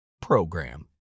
program